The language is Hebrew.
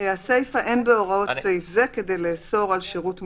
"אין בהוראות סעיף זה כדי לאסור על שירות משלוחים,